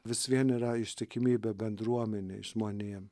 vis vien yra ištikimybė bendruomenei žmonėm